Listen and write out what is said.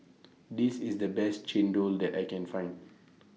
This IS The Best Chendol that I Can Find